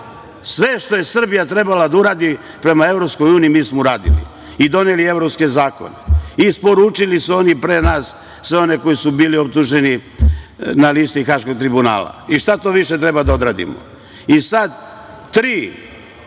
Sve što je Srbija trebala da uradi prema EU, mi smo uradili - doneli evropske zakone, isporučili su oni pre nas sve one koji su bili optuženi na listi Haškog tribunala. Šta to više treba da odradimo? Mogu